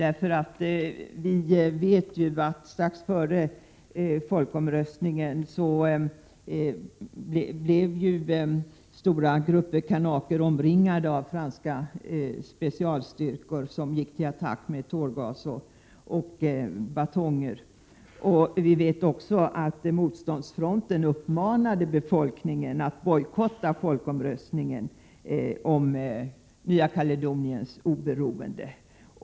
Vi vet att stora grupper av kanaker strax före folkomröstningen blev omringade av franska specialstyrkor som gick till attack med tårgas och batonger. Vi vet också att motståndsfronten uppmanade befolkningen att bojkotta folkomröstningen om Nya Kaledoniens oberoende.